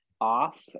off